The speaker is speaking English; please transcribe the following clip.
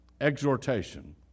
exhortation